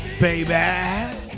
baby